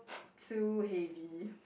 too heavy